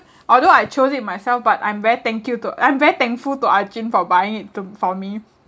although I chose it myself but I'm very thank you to I'm very thankful to ah jin for buying it to for me